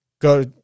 go